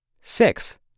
Six